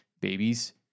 babies